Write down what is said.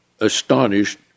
astonished